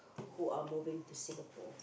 who are moving to Singapore